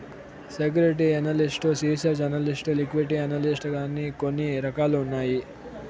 security analyst research analyst equity analyst అని కొన్ని రకాలు ఉన్నాయి